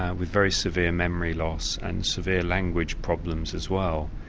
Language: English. ah with very severe memory loss and severe language problems as well.